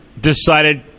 decided